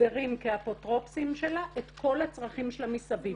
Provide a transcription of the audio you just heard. מתגברים כאפוטרופוסים שלה את כל הצרכים שלה מסביב.